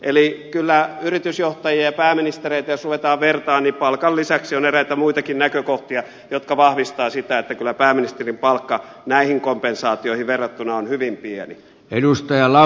eli kyllä jos yritysjohtajia ja pääministereitä ruvetaan vertaamaan niin palkan lisäksi on eräitä muitakin näkökohtia jotka vahvistavat sitä että kyllä pääministerin palkka näihin kompensaatioihin verrattuna on hyvin pieni